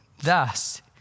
thus